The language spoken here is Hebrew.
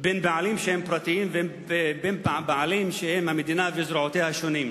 בין בעלים פרטיים ובין בעלים שהם המדינה וזרועותיה השונות.